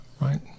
Right